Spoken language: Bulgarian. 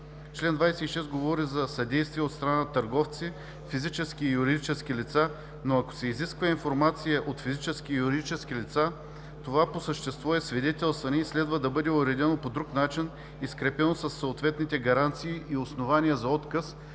Член 26 говори за съдействие от страна на търговци, физически и юридически лица, но ако се изиска информация от физически и юридически лица, това по същество е свидетелстване и следва да бъде уредено по друг начин и скрепено със съответните гаранции и основания за отказ,